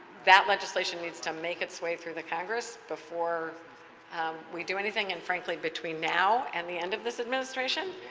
that legislation needs to make its way through the congress before we do anything, and frankly, between now and the end of this administration,